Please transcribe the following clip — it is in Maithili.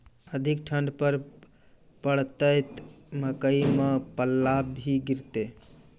अधिक ठंड पर पड़तैत मकई मां पल्ला भी गिरते?